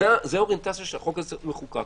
זו האוריינטציה שהחוק הזה צריך להיות מחוקק.